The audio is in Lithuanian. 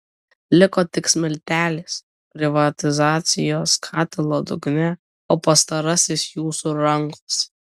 liko tik smiltelės privatizacijos katilo dugne o pastarasis jūsų rankose